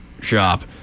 shop